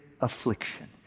affliction